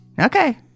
okay